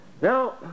Now